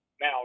now –